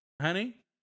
Honey